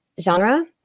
genre